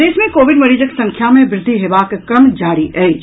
प्रदेश मे कोविड मरीजक संख्या मे वृद्धि हेबाक क्रम जारी अछि